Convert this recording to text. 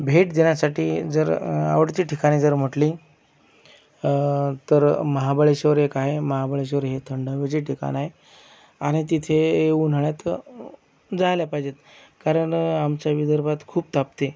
भेट देण्यासाठी जर आवडती ठिकाणे जर म्हटली तर महाबळेश्वर एक आहे महाबळेश्वर हे थंड हवेचे ठिकाण आहे आणि तिथे उन्हाळ्यात जायला पाहिजेत कारण आमच्या विदर्भात खूप तापते